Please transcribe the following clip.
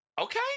Okay